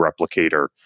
replicator